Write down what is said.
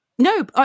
No